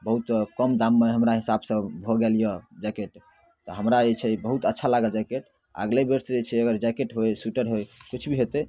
बहुत कम दाममे हमरा हिसाबसँ भऽ गेल अइ जैकेट तऽ हमरा जे छै बहुत अच्छा लागल जैकेट अगिलाबेरसँ जे छै अगर जैकेट होइ स्वेटर होइ किछु भी हेतै